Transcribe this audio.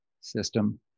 system